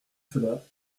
cela